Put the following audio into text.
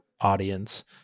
audience